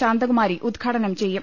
ശാന്തകുമാരി ഉദ്ഘാടനം ചെയ്യും